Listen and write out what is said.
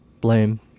Blame